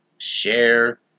Share